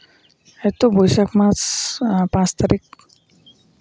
ᱵᱟᱹᱭᱥᱟᱹᱠᱷ ᱢᱟᱥ ᱯᱟᱸᱪ ᱛᱟᱹᱨᱤᱠᱷ